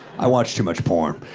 i watch too much porn,